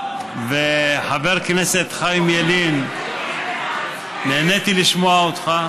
וחבר הכנסת חיים ילין, נהניתי לשמוע אותך,